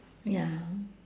ya